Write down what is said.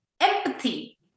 Empathy